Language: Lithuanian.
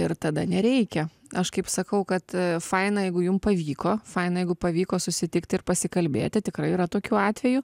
ir tada nereikia aš kaip sakau kad faina jeigu jum pavyko faina jeigu pavyko susitikti ir pasikalbėti tikrai yra tokių atvejų